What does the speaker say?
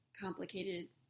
complicated